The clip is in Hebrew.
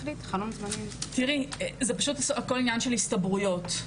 תראי, זה הכול עניין של הסתברויות.